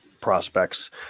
prospects